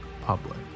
public